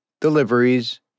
deliveries